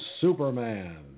Superman